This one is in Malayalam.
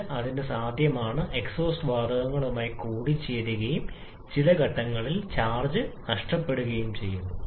അതിനാൽ സിലിണ്ടർ വാതകങ്ങളുടെ ശരിയായ ഘടന നാം അറിയേണ്ടതുണ്ട്